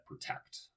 protect